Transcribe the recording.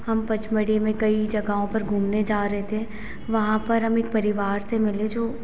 हम पचमढ़ी में कई जगहों पर घूमने जा रहे थे वहाँ पर हम एक परिवार से मिले जो